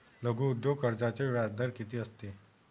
लघु उद्योग कर्जाचे व्याजदर किती असते?